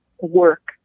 work